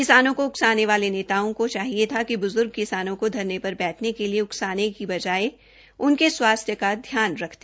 किसानों को उकसाने वाले नेताओं को चाहिए था कि ब्जूर्ग किसानों को धरने पर बैठने के लिए उकसाने का बजाय उनके स्वास्थ्य का ध्यान रखते